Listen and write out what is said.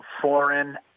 foreign –